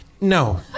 No